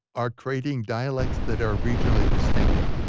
are creating dialects that are regionally distinctive.